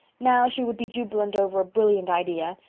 now she would be jubilant over a brilliant idea,